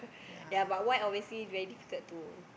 ya but white obviously very difficult to